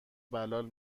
بلال